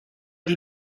die